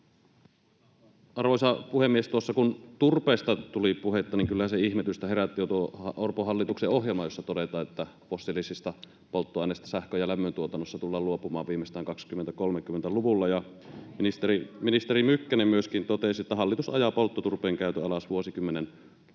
Arvoisa puhemies! Tuossa kun turpeesta tuli puhetta, niin kyllähän ihmetystä herätti jo tuo Orpon hallituksen ohjelma, jossa todetaan, että fossiilisista polttoaineista sähkön ja lämmön tuotannossa tullaan luopumaan viimeistään 2030-luvulla. [Jenna Simulan välihuuto] Ministeri Mykkänen myöskin totesi, että hallitus ajaa polttoturpeen käytön alas vuosikymmenen loppuun